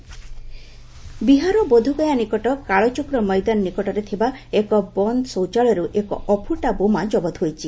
Bihar bomb ବିହାରର ବୋଧଗୟା ନିକଟ କାଳଚକ୍ର ମଇଦାନ ନିକଟରେ ଥିବା ଏକ ବନ୍ ଶୌଚାଳୟରୁ ଏକ ଅଫୁଟା ବୋମା ଜବତ ହୋଇଛି